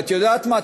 ואת יודעת מה?